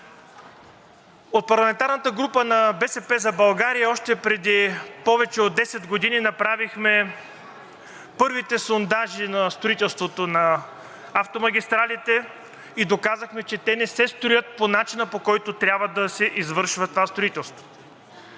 От парламентарната група на „БСП за България“ още преди повече от 10 години направихме първите сондажи на строителството на автомагистралите и доказахме, че те не се строят по начина, по който трябва да се извършва това строителство.